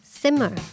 simmer